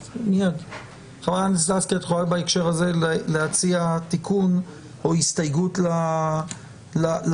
את יכולה בהקשר הזה להציע תיקון או הסתייגות לחוק.